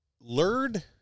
lured